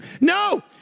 No